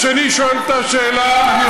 השני שואל אותה שאלה,